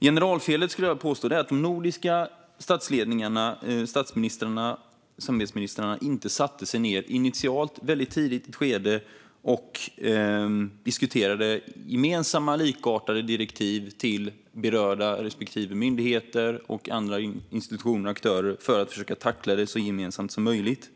Generalfelet, skulle jag påstå, är att de nordiska statsledningarna, statsministrarna och samarbetsministrarna inte satte sig ned i ett väldigt tidigt skede och diskuterade gemensamma likartade direktiv till sina respektive berörda myndigheter och andra institutioner och aktörer för att försöka tackla det så gemensamt så möjligt.